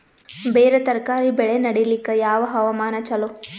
ಬೇರ ತರಕಾರಿ ಬೆಳೆ ನಡಿಲಿಕ ಯಾವ ಹವಾಮಾನ ಚಲೋ?